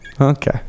Okay